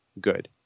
Good